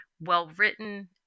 well-written